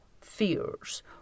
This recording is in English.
fears